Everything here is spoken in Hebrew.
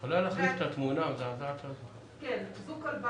זו כלבה